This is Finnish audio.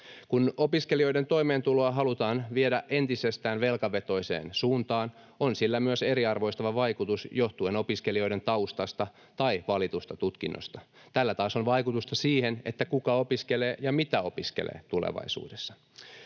Kun opiskelijoiden toimeentuloa halutaan viedä entisestään velkavetoiseen suuntaan, on sillä myös eriarvoistava vaikutus johtuen opiskelijoiden taustasta tai valitusta tutkinnosta. Tällä taas on vaikutusta siihen, kuka opiskelee ja mitä opiskelee tulevaisuudessa.